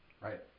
Right